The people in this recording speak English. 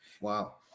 Wow